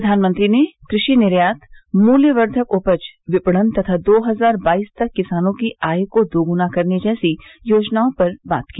प्रधानमंत्री ने क्रषि निर्यात मुल्यवर्धकउपज विपणन तथा दो हजार बाईस तक किसानों की आय को दोगुना करने जैसी योजनओं पर बात की